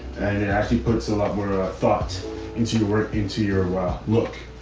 and it actually puts a lot more ah thoughts into your work, into your wow, look.